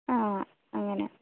ആ അങ്ങനെ